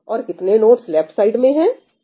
और कितने nodes left side में है n2